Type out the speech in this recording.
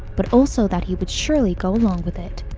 but also that he would surely go along with it,